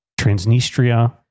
Transnistria